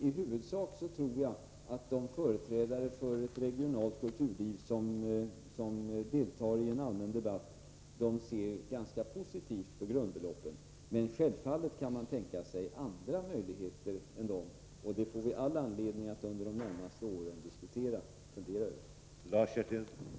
I huvudsak tror jag att de företrädare för ett regionalt kulturliv som deltar i en allmän debatt ser ganska positivt på grundbeloppen. Men självfallet kan man tänka sig andra möjligheter. Det får vi all anledning att diskutera och fundera över under de närmaste åren.